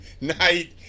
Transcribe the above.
night